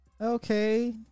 Okay